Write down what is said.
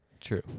true